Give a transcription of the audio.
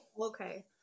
Okay